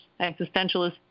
existentialist